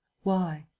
why?